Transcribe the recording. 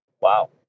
Wow